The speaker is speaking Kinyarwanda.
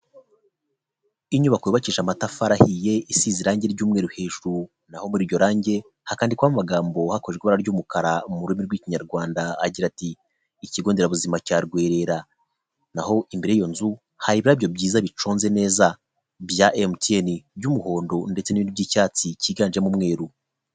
Inyubako yubakije amatafari ahiye isize irangi ry'umweru hejuru naho muri iryorangi hakandikwaho amagambo mu ibara ry'umukara mu rurimi rw'ikinyarwanda agira ati: ''Ikigo nderabuzima cya Rwerera. '' Naho imbere y'iyo nzu hari ibirabyo byiza biconze neza bya emutiyene by'umuhondo ndetse n'iby'icyatsi cyiganjemo umweru.